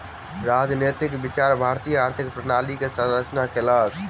राजनैतिक विचार भारतीय आर्थिक प्रणाली के संरचना केलक